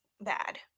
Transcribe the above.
bad